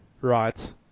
Right